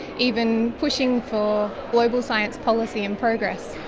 even pushing for global science policy and progress.